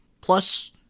plus